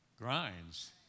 grinds